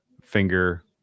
finger